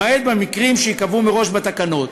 למעט במקרים שייקבעו מראש בתקנות.